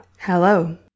Hello